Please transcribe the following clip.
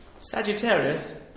Sagittarius